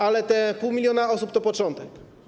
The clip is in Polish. Ale te pół miliona osób to początek.